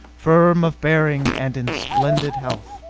firm of bearing and in splendid health.